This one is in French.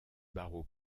barreaux